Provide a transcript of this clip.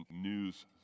news